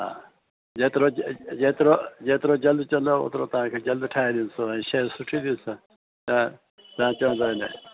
हा जेतिरो जेतिरो जेतिरो जल्द चवंदव ओतिरो तव्हांखे जल्द ठाहे ॾींदोसीं ऐं शइ सुठी ॾिसां हा तव्हां चवंदव न